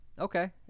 Okay